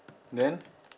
then